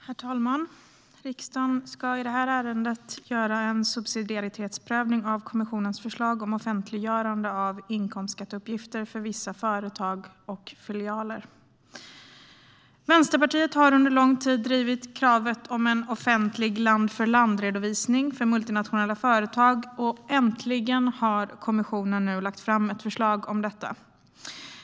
Herr talman! Riksdagen ska i detta ärende göra en subsidiaritetsprövning av kommissionens förslag om offentliggörande av inkomstskatteuppgifter för vissa företag och filialer. Vänsterpartiet har under lång tid drivit kravet på offentlig land-för-land-redovisning för multinationella företag, och nu har kommissionen äntligen lagt fram ett förslag om detta.